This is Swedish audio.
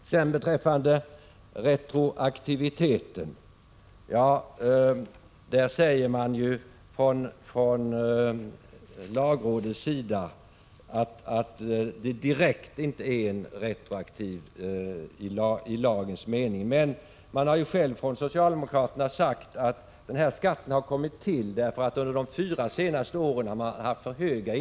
Sedan till retroaktiviteten. Från lagrådets sida säger man ju att det inte direkt är fråga om en retroaktiv skatt i lagens mening. Men socialdemokraterna har själva sagt att den här skatten har kommit till därför att inkomsterna varit för höga under de senaste fyra åren.